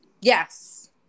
Yes